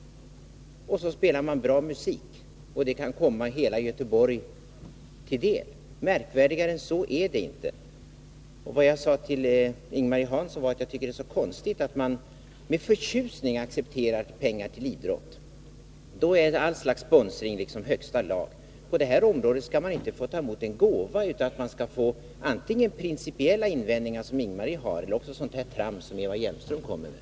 Och när orkestern spelar bra musik kan det komma hela Göteborg till del. Märkvärdigare än så är det inte. Det jag sade till Ing-Marie Hansson var att jag tycker att det är så konstigt att man med förtjusning accepterar pengar till idrott. Då är all slags sponsring högsta lag. På kulturområdet skall man inte få ta emot en gåva utan att få höra principiella invändningar från Ing-Marie Hansson eller sådant trams som Eva Hjelmström kommer med.